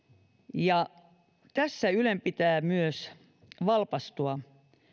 ja tässä ylen pitää myös valpastua